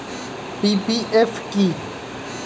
PPF কি?